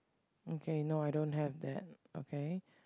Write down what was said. okay no I don't have that okay